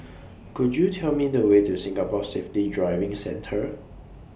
Could YOU Tell Me The Way to Singapore Safety Driving Centre